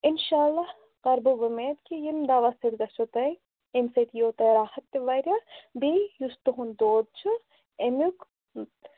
اِنشاء اللہ کَرٕ بہٕ وُمید کہِ ییٚمہِ دوا سۭتۍ گژھیو تۄہہِ اَمہِ سۭتۍ یِیِو تۄہہِ راحت تہِ واریاہ بیٚیہِ یُس تُہُنٛد دود چھُ اَمیُک